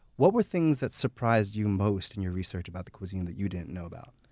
what were things that surprised you most in your research about the cuisine that you didn't know about?